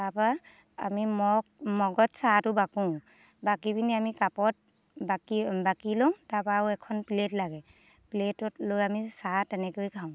তাৰ পৰা আমি মগ মগত চাহটো বাকোঁ বাকী পেনি আমি কাপত বাকি বাকি লওঁ তাৰ পৰা আৰু এখন প্লেট লাগে প্লেটত লৈ আমি চাহ তেনেকৈ খাওঁ